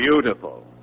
beautiful